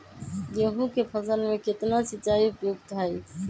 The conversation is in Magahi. गेंहू के फसल में केतना सिंचाई उपयुक्त हाइ?